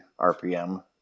RPM